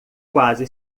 quase